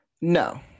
No